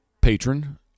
patron